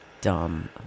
Dumb